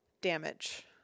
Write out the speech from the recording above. damage